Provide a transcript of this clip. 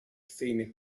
senior